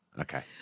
Okay